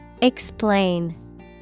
Explain